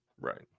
Right